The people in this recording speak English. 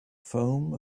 foam